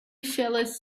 fellas